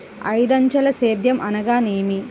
ఐదంచెల సేద్యం అనగా నేమి?